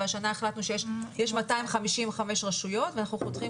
והשנה החלטנו שיש 255 רשויות ואנחנו חותכים